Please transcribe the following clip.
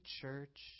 church